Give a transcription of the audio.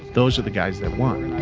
those are the guys that won.